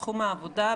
בתחום העבודה,